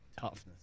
Toughness